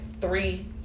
three